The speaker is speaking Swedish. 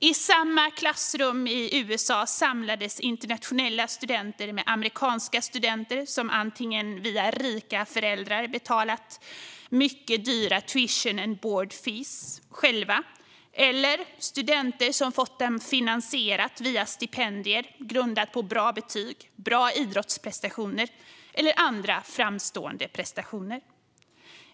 I samma klassrum i USA samlades internationella och amerikanska studenter som antingen via rika föräldrar betalat de mycket dyra avgifterna, tuition and board fees, själva med studenter som fått avgifterna finansierade via stipendier grundade på bra betyg, bra idrottsprestationer eller andra framstående prestationer.